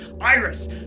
Iris